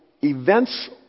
events